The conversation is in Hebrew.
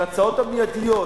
את ההצעות המיידיות,